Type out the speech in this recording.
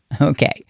okay